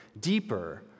deeper